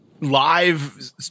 live